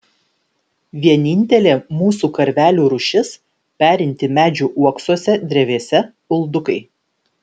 vienintelė mūsų karvelių rūšis perinti medžių uoksuose drevėse uldukai